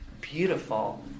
beautiful